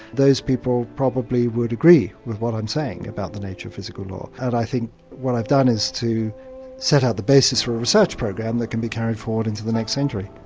those people probably would agree with what i'm saying about the nature of physical law. and i think what i've done is to set out the basis for a research program that can be carried forward into the next century.